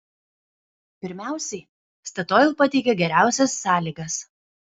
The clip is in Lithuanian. pirmiausiai statoil pateikė geriausias sąlygas